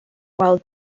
while